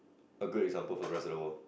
a good example for the rest of the world